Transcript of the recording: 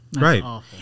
Right